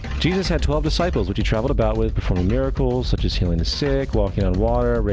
jesus had twelve disciples which he traveled about with performing miracles such as healing the sick, walking on water,